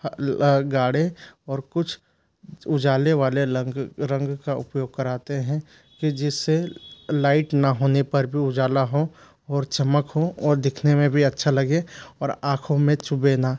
गाढ़े और कुछ उजाले वाले लंग रंग का उपयोग कराते हैं कि जिससे लाइट न होने पर भी उजाला हों और चमक हों और दिखने में भी अच्छा लगे और आखों में चुभे न